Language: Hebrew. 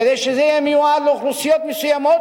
כדי שזה יהיה מיועד לאוכלוסיות מסוימות,